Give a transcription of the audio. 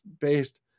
based